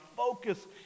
focus